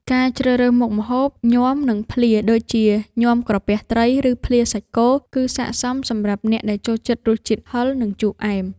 ការជ្រើសរើសមុខម្ហូប ញាំ និងភ្លា ដូចជាញាំក្រពះត្រី ឬភ្លាសាច់គោ គឺស័ក្តិសមសម្រាប់អ្នកដែលចូលចិត្តរសជាតិហឹរ និងជូរអែម។